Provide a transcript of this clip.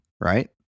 right